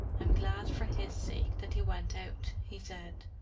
i'm glad for his sake that he went out, he said.